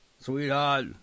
sweetheart